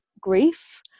grief